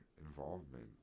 involvement